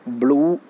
blue